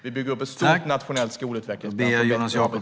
Vi bygger upp ett stort nationellt skolutvecklingsprogram.